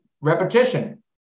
repetition